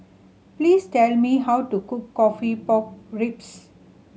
please tell me how to cook coffee pork ribs